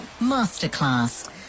Masterclass